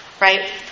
right